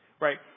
right